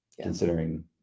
considering